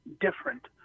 different